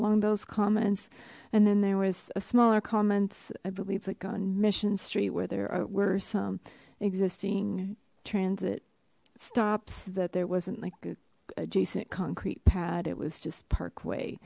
along those comments and then there was a smaller comments i believe like on mission street where there were some existing transit stops that there wasn't like a adjacent concrete pad it was just parkway